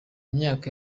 myaka